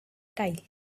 tile